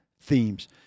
themes